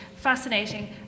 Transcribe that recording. fascinating